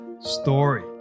story